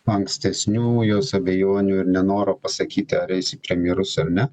ankstesnių jos abejonių ir nenoro pasakyti ar eis į premjerus ar ne